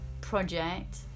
project